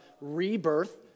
rebirth